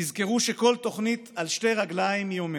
תזכרו שכל תוכנית, על שתי רגליים היא עומדת: